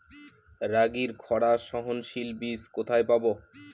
রাগির খরা সহনশীল বীজ কোথায় পাবো?